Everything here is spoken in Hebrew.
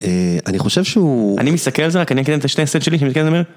אני חושב שהוא, אני מסתכל על זה רק אני כן אתן את השני סנט שלי שאני מסתכל ואומר